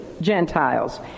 Gentiles